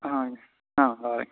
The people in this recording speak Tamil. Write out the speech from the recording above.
ஆ ஆ இதோ வரேன்